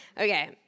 Okay